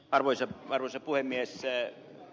arvoisa puhemies